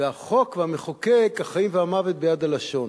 והחוק והמחוקק החיים והמוות ביד הלשון.